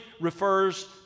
refers